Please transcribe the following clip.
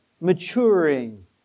maturing